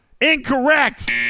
incorrect